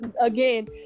again